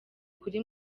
kuri